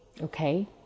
Okay